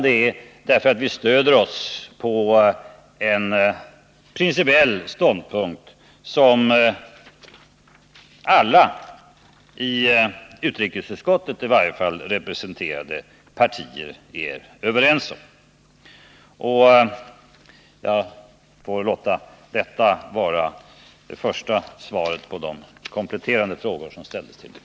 Det är därför att vi stöder oss på en principiell ståndpunkt, som i varje fall alla i utrikesutskottet representerade partier är överens om. Jag får låta detta vara det första svaret på de kompletterande frågor som ställdes till mig.